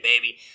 baby